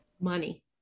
Money